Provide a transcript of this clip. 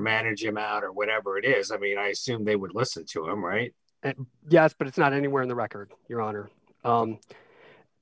manage him out or whatever it is i mean i assume they would listen to him right yes but it's not anywhere in the record your honor